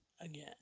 again